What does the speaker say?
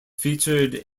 featured